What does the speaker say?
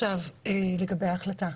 לגבי ההחלטה,